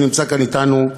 שנמצא כאן אתנו,